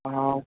हा